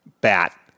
bat